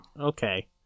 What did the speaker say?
Okay